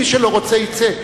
מי שלא רוצה שיצא.